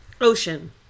Ocean